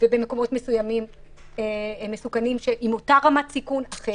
ובמקומות מסוכנים עם אותה רמת סיכון אחרת.